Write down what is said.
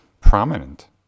prominent